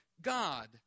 God